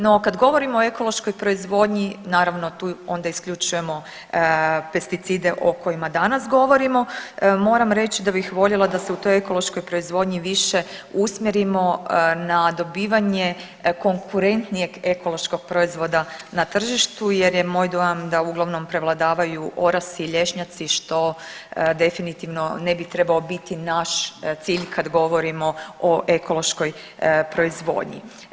No, kad govorimo o ekološkoj proizvodnji, naravno tu onda isključujemo pesticide o kojima danas govorimo, moram reći da bih voljela da se u toj ekološkoj proizvodnji više usmjerimo na dobivanje konkurentnijeg ekološkog proizvoda na tržištu jer je moj dojam da uglavnom prevladavaju orasi i lješnjaci što definitivno ne bi trebao biti naš cilj kad govorimo o ekološkoj proizvodnji.